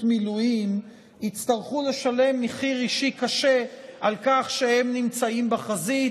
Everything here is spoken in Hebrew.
מילואים יצטרכו לשלם מחיר אישי קשה על כך שהם נמצאים בחזית,